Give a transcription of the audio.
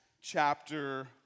chapter